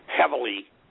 heavily